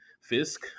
Fisk